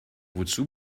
wozu